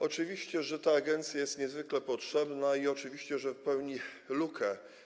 Oczywiście, że ta agencja jest niezwykle potrzebna, i oczywiście, że wypełni lukę.